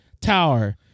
tower